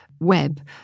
web